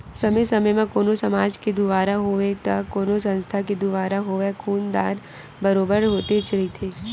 समे समे म कोनो समाज के दुवारा होवय ते कोनो संस्था के दुवारा होवय खून दान बरोबर होतेच रहिथे